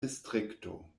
distrikto